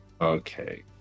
Okay